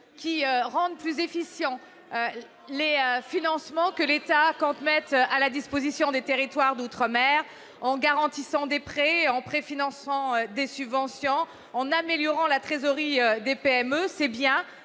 qui rendent plus efficients les financements que l'État compte mettre à la disposition des territoires d'outre-mer, en garantissant des prêts, en préfinançant des subventions, en améliorant la trésorerie des PME. Ce sont bien